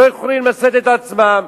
לא יכולות לשאת את עצמן,